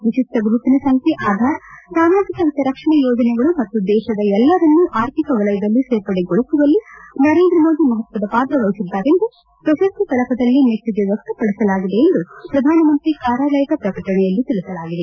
ವಿಶಿಷ್ಟ ಗುರುತಿನ ಸಂಚ್ಯೆ ಆಧಾರ್ ಸಾಮಾಜಿಕ ಹಿತರಕ್ಷಣೆಯ ಯೋಜನೆಗಳು ಮತ್ತು ದೇಶದ ಎಲ್ಲಾರನ್ನೂ ಆರ್ಥಿಕ ವಲಯದಲ್ಲಿ ಸೇರ್ಪಡೆಗೊಳಿಸುವಲ್ಲಿ ನರೇಂದ್ರ ಮೋದಿ ಮಹತ್ವದ ಪಾತ್ರ ವಹಿಸಿದ್ದಾರೆ ಎಂದು ಪ್ರಶಸ್ತಿ ಫಲಕದಲ್ಲಿ ಮೆಚ್ಚುಗೆ ವ್ಯಕ್ತಪಡಿಸಲಾಗಿದೆ ಎಂದು ಪ್ರಧಾನಮಂತ್ರಿ ಕಾರ್ಯಾಲಯದ ಪ್ರಕಟಣೆಯಲ್ಲಿ ತಿಳಿಸಲಾಗಿದೆ